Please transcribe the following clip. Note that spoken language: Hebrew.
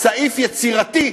סעיף יצירתי,